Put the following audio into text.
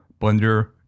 blender